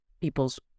people's